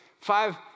five